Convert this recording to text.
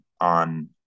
on